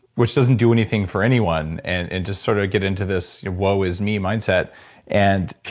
which doesn't do anything for anyone and and just sort of get into this woe is me mindset and